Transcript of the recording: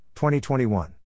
2021